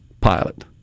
pilot